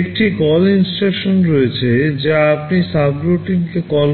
একটি call INSTRUCTION রয়েছে যা আপনি সাবরুটিনকে কল